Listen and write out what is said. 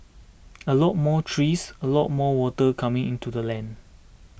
a lot more trees a lot more water coming into the land